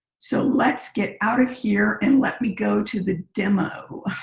so let's get out of here and let me go to the demo.